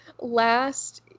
last